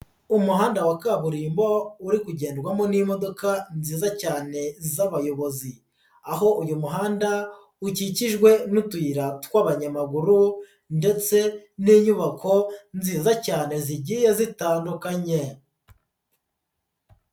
Umuhanda wa kaburimbo uri kugendwamo n'imodoka nziza cyane z'abayobozi, aho uyu muhanda ukikijwe n'utuyira tw'abanyamaguru ndetse n'inyubako nziza cyane zigiye zitandukanye.